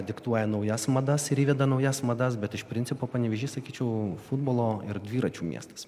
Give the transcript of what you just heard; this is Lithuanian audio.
diktuoja naujas madas ir įveda naujas madas bet iš principo panevėžys sakyčiau futbolo ir dviračių miestas